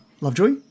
Lovejoy